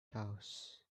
house